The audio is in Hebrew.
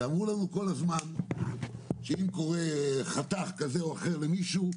ואמרו לנו כל הזמן שאם קורה חתך כזה או אחר למישהו,